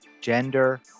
gender